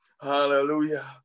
hallelujah